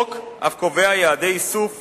החוק אף קובע יעדי איסוף